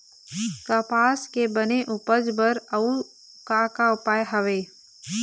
कपास के बने उपज बर अउ का का उपाय हवे?